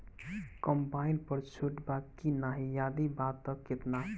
Combine पर छूट बा की नाहीं यदि बा त केतना?